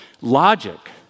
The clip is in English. logic